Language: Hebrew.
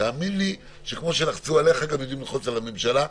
תאמין לי שכמו שלחצו עליך גם יודעים ללחוץ על הממשלה,